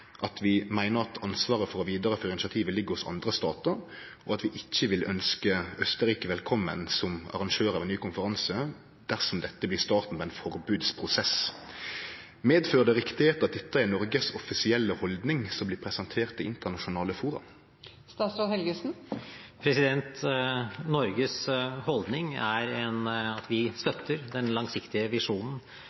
at vi meiner ansvaret for å vidareføre initiativet ligg hos andre statar, og at vi ikkje vil ønskje Østerrike velkomen som arrangør av ein ny konferanse dersom det blir starten på ein forbodsprosess. Er det rett at dette er Noregs offisielle haldning som blir presentert i internasjonale fora? Norges holdning er at vi støtter den langsiktige visjonen